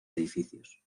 edificios